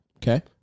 Okay